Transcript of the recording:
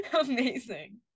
amazing